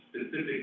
specific